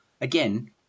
again